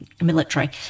military